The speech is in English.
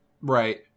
Right